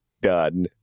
done